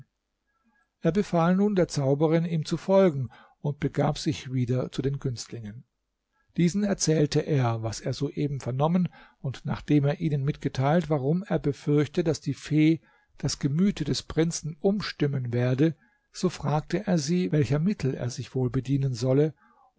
er befahl nun der zauberin ihm zu folgen und begab sich wieder zu den günstlingen diesen erzählte er was er soeben vernommen und nachdem er ihnen mitgeteilt warum er befürchte daß die fee das gemüte des prinzen umstimmen werde so fragte er sie welcher mittel er sich wohl bedienen solle